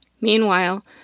Meanwhile